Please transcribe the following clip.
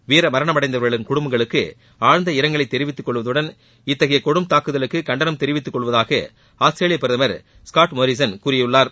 வீர மரணம் அடைந்தவர்களின் குடும்பங்களுக்கு ஆழ்ந்த இரங்கலை தெரிவித்துக் கொள்வதுடன் இத்தகைய கொடும் தாக்குதலுக்கு கண்டனம் தெரிவித்துக் கொள்வதாக ஆஸ்திரேலிய பிரதமர் ஸ்காட் மாரிசன் கூறியுள்ளார்